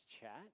chat